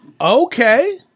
okay